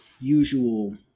usual